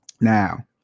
Now